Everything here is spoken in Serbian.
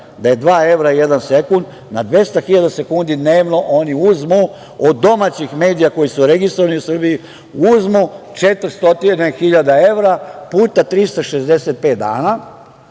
da je dva evra jedan sekund, na 200.000 sekundi dnevno oni uzmu od domaćih medija koji su registrovani u Srbiji uzmu 400.000 evra puta 365 dana,